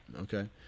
okay